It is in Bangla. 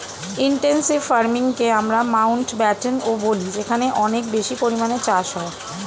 ইনটেনসিভ ফার্মিংকে আমরা মাউন্টব্যাটেনও বলি যেখানে অনেক বেশি পরিমাণে চাষ হয়